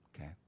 Okay